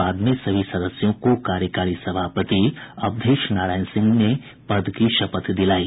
बाद में सभी सदस्यों को कार्यकारी सभापति अवधेश नारायण सिंह ने पद की शपथ दिलायी